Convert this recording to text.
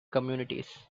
communities